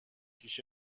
پیش